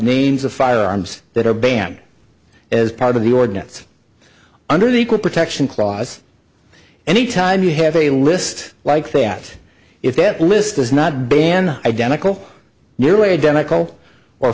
names of firearms that are banned as part of the ordinance under the equal protection clause any time you have a list like that if that list does not ban identical nearly identical or